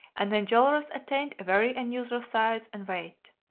and enjolras attained a very unusual size and weight.